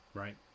right